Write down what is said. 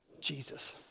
Jesus